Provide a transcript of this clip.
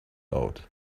out